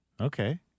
Okay